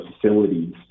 facilities